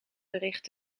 bericht